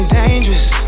dangerous